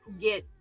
get